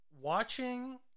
watching